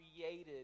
created